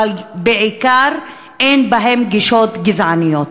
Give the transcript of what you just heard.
אבל בעיקר אין בהן גישות גזעניות.